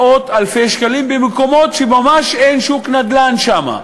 מאות-אלפי שקלים, במקומות שממש אין שוק נדל"ן שם.